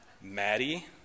Maddie